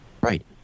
right